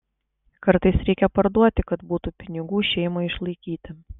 kartais reikia parduoti kad būtų pinigų šeimai išlaikyti